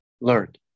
learned